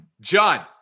John